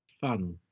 fun